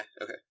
okay